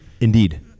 Indeed